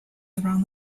around